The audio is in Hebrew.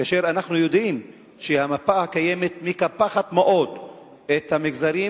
כאשר אנחנו יודעים שהמפה הקיימת מקפחת מאוד את המגזרים